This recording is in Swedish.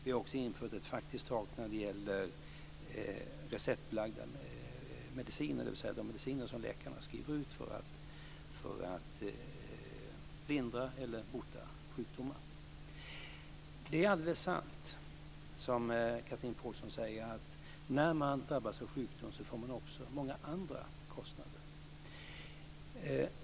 Vi har också infört ett faktiskt tak när det gäller receptbelagda mediciner, dvs. de mediciner som läkarna skriver ut för att lindra eller bota sjukdomar. Det är alldeles sant som Chatrine Pålsson säger att när man drabbas av sjukdom får man också många andra kostnader.